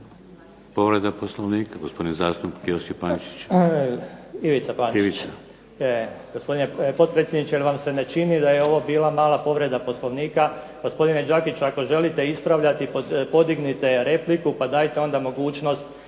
Povreda Poslovnika gospodin zastupnik Josip Pančić. Ivica Pančić. **Pančić, Ivica (Nezavisni)** Gospodine potpredsjedniče, jel' vam se ne čini da je ovo bila mala povreda Poslovnika? Gospodine Đakiću ako želite ispravljati podignite repliku, pa dajte onda mogućnost